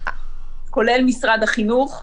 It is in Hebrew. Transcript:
כולל משרד החינוך.